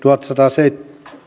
se